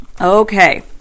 Okay